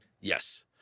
Yes